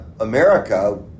America